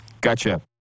Gotcha